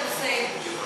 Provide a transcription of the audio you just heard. יחמיר.